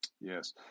Yes